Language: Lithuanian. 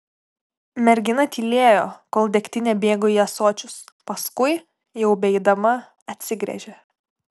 mergina tylėjo kol degtinė bėgo į ąsočius paskui jau beeidama atsigręžė